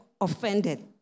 offended